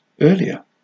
earlier